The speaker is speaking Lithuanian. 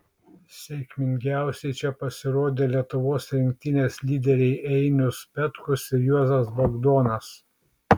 sėkmingiausiai čia pasirodė lietuvos rinktinės lyderiai einius petkus ir juozas bagdonas